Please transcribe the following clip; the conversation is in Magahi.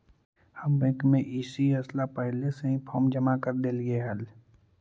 हम बैंक में ई.सी.एस ला पहले से ही फॉर्म जमा कर डेली देली हल